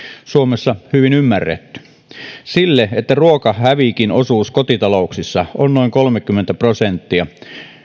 suomessa hyvin ymmärretty se että ruokahävikin osuus kotitalouksissa on noin kolmekymmentä prosenttia